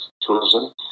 tourism